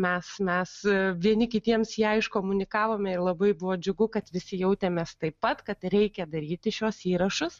mes mes vieni kitiems ją iškomunikavome ir labai buvo džiugu kad visi jautėmės taip pat kad reikia daryti šiuos įrašus